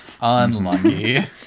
Unlucky